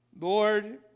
Lord